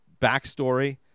backstory